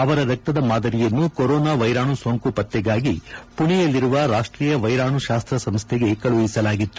ಅವರ ರಕ್ತದ ಮಾದರಿಯನ್ನು ಕೊರೋನಾ ವೈರಾಣು ಸೋಂಕು ಪತ್ತೆಗಾಗಿ ಪುಣೆಯಲ್ಲಿರುವ ರಾಷ್ಟೀಯ ವೈರಾಣು ಶಾಸ್ತ್ರ ಸಂಸ್ಥೆಗೆ ಕಳುಹಿಸಲಾಗಿತ್ತು